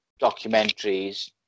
documentaries